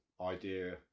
idea